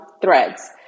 Threads